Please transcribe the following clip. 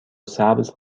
سبز